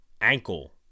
ankle